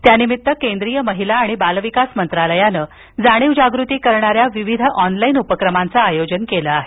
त्यानिमित्त केंद्रीय महिला आणि बाल विकास मंत्रालयानं जाणीव जागृती करणाऱ्या विविध ऑनलाईन उपक्रमांचं आयोजन केलं आहे